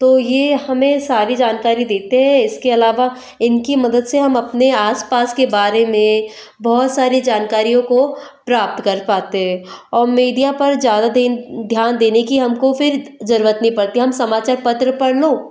तो यह हमें सारी जानकारी देते हैं इसके अलावा इनकी मदद से हम अपने आस पास के बारे में बहुत सारी जानकारियों को प्राप्त कर पाते हैं और मीडिया पर ज़्यादा दिन ध्यान देने की हमको फिर ज़रूरत नहीं पड़ती हम समाचार पत्र पढ़ लो